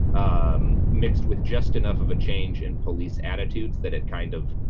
um mixed with just enough of a change in police attitudes that it kind of